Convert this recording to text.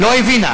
לא הבנתי.